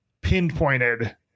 pinpointed